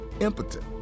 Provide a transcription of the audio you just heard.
impotent